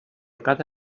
cada